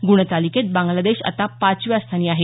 ग्णतालिकेत बांग्लादेश आता पाचव्या स्थानी आहे